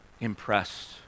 impressed